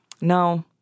No